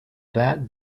that